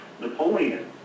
Napoleon